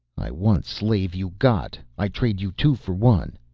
i want slave you got. i trade you two for one.